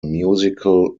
musical